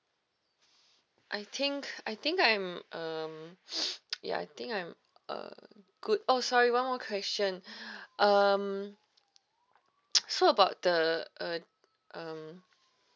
I think I think I'm um ya I think I'm uh good oh sorry one more question um so about the uh um